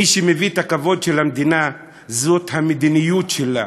מי שמביא את הכבוד של המדינה זה המדיניות שלה